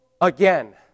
again